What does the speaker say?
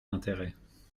d’intérêts